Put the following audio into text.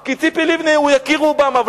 כי ציפי לבני היא יקירת אובמה,